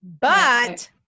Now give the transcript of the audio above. but-